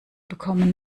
bekommen